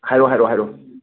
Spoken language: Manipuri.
ꯍꯥꯏꯔꯑꯣ ꯍꯥꯏꯔꯑꯣ ꯍꯥꯏꯔꯑꯣ